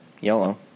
Yellow